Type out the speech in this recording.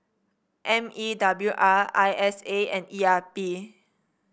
M E W R I S A and E R P